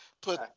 put